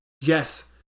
yes